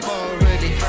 already